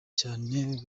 cyane